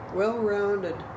well-rounded